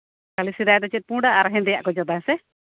ᱛᱟᱦᱚᱞᱮ ᱥᱮᱫᱟᱭ ᱫᱚ ᱪᱮᱫ ᱯᱩᱸᱰᱟᱜ ᱟᱨ ᱦᱮᱸᱫᱮᱭᱟ ᱠᱚ ᱡᱚᱫᱟ ᱦᱮᱸᱥᱮ